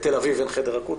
בתל אביב אין חדר אקוטי,